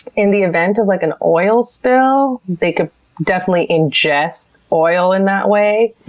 in the event of like an oil spill, they can definitely ingest oil in that way,